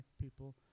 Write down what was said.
people